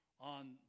on